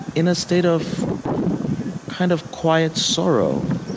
in a state of kind of quiet sorrow